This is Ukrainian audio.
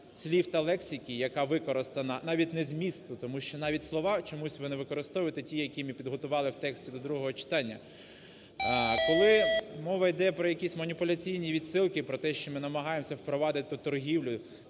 слів та лексики, яка використана, навіть не змісту, тому що навіть слова чомусь ви не використовуєте ті, які ми підготували в тексті до другого читання. Коли мова іде про якісь маніпуляційні відсилки, про те, що ми намагаємося впровадити торгівлю,